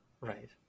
Right